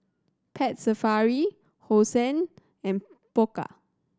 Pet Safari Hosen and Pokka